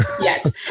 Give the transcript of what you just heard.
yes